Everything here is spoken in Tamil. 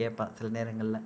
கேட்பேன் சில நேரங்களில்